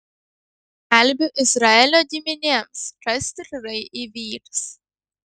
skelbiu izraelio giminėms kas tikrai įvyks